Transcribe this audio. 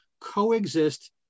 coexist